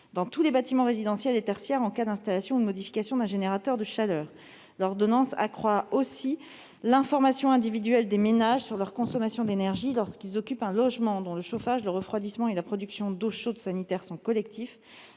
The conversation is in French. dans tous les bâtiments résidentiels et tertiaires en cas d'installation ou de modification d'un générateur de chaleur. L'ordonnance prévoit également d'améliorer l'information individuelle des ménages sur leur consommation d'énergie lorsqu'ils occupent un logement dont le chauffage, le refroidissement et la production d'eau chaude sanitaire sont collectifs,